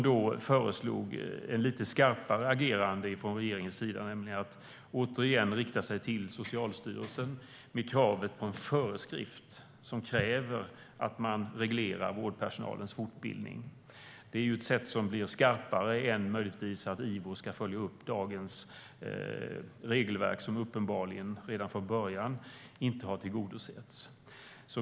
De föreslog ett lite skarpare agerande från regeringen, nämligen att man åter ska kräva en föreskrift från Socialstyrelsen om reglering av vårdpersonalens fortbildning. Detta är skarpare än att Ivo ska följa upp dagens regelverk, som uppenbarligen redan från början inte tillgodosetts.